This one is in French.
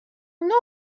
nombre